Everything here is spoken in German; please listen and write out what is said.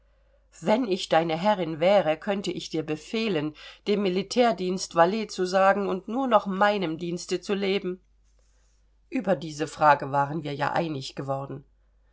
wenn ich deine herrin wäre könnte ich dir befehlen dem militärdienst valet zu sagen und nur noch meinem dienste zu leben über diese frage waren wir ja einig geworden